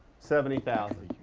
seventy thousand.